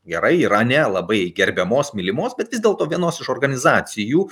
gerai irane labai gerbiamos mylimos bet vis dėlto vienos iš organizacijų